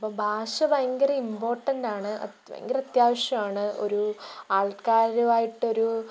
അപ്പം ഭാഷ ഭയങ്കര ഇമ്പോട്ടൻറ്റാണ് അതു ഭയങ്കര അത്യാവശ്യമാണ് ഒരു ആൾക്കാരുമായിട്ടൊരു